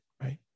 right